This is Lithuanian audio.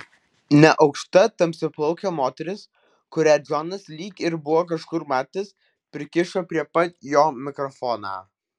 neaukšta tamsiaplaukė moteris kurią džonas lyg ir buvo kažkur matęs prikišo prie pat jo mikrofoną